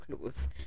close